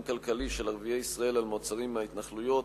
כלכלי של ערביי ישראל על מוצרים מהתנחלויות,